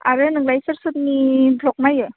आरो नोंलाय सोर सोरनि ब्लग नायो